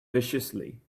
viciously